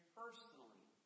personally